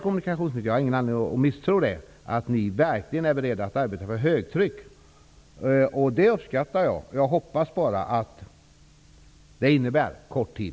Kommunikationsministern säger ju, vilket jag inte har någon anledning att misstro, att man är beredd att arbeta för högtryck. Det uppskattar jag, och jag hoppas att det innebär kort tid.